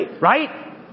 right